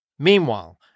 Meanwhile